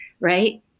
right